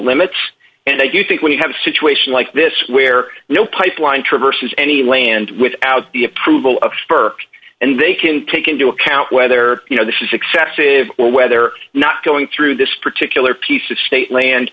limits and i do think when you have a situation like this where no pipeline traverses any land without the approval of burke and they can take into account whether you know this is excessive or whether or not going through this particular piece of state land